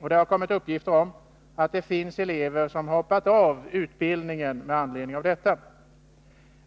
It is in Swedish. och det har kommit uppgifter om att det finns elever som hoppat av utbildningen med anledning av detta.